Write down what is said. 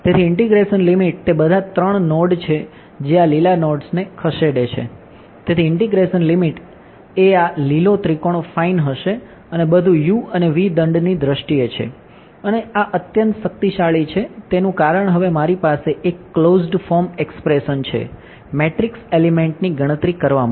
તેથી integration limit ની ગણતરી કરવા માટે